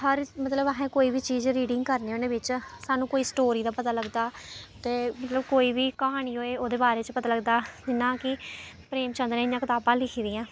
मतलब अहें कोई बी चीज रीडिंग करने होन्ने बिच्च सानूं कोई स्टोरी दा पता लगदा ते मतलब कोई बी क्हानी होए ओह्दे बारे च पता लगदा जियां कि प्रेमचंद ने इन्नियां कताबां लिखी दियां